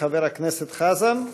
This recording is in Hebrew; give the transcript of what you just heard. חבר הכנסת חזן.